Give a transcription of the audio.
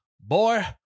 boy